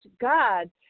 God